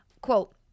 quote